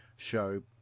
show